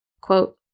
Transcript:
quote